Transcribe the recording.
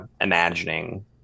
imagining